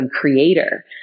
creator